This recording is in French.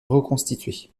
reconstitué